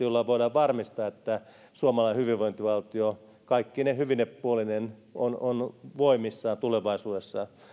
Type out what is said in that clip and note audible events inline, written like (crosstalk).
(unintelligible) jolla voidaan varmistaa että suomalainen hyvinvointivaltio kaikkine hyvine puolineen on on voimissaan tulevaisuudessa